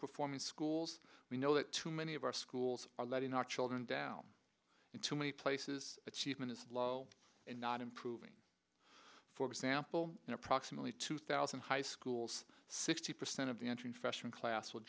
performing schools we know that too many of our schools are letting our children down in too many places achievement is low and not improving for example in approximately two thousand high schools sixty percent of the entering freshman class w